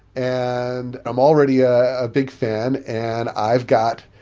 and i'm already a big fan, and i've got,